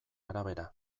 arabera